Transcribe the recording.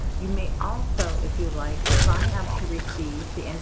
you may also, if you like, sign up to receive the and